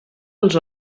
els